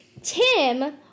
Tim